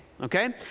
okay